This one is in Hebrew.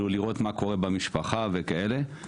לראות מה קורה במשפחה וכאלה.